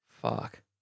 Fuck